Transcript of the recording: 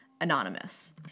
Anonymous